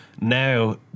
Now